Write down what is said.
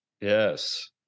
Yes